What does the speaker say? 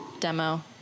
demo